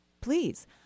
please